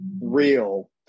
real